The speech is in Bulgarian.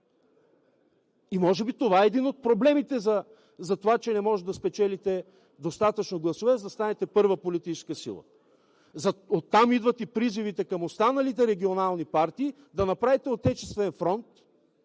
Може би това е един от проблемите затова, че не може да спечелите достатъчно гласове, за да станете първа политическа сила. Оттам идват и призивите към останалите регионални партии – да направите отечествен фронт,